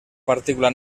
partícula